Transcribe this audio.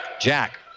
Jack